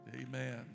Amen